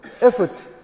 effort